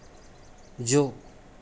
जो